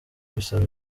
bisaba